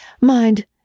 Mind